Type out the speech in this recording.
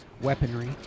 weaponry